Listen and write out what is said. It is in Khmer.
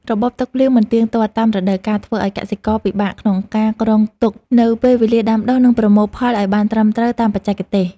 របបទឹកភ្លៀងមិនទៀងទាត់តាមរដូវកាលធ្វើឱ្យកសិករពិបាកក្នុងការគ្រោងទុកនូវពេលវេលាដាំដុះ និងប្រមូលផលឱ្យបានត្រឹមត្រូវតាមបច្ចេកទេស។